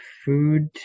food